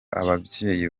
ababyeyi